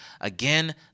Again